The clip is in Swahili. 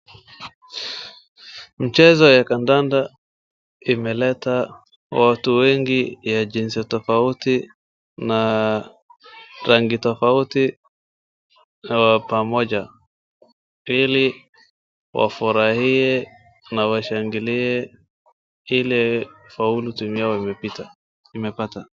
Michezo ya kandanda imeleta watu wengi ya jinsia tofauti na rangi tofauti pamoja ili wafurahie na washangilie Ile kufaulu timu yao imepata.